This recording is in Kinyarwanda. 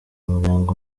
muryango